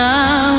Now